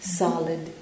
solid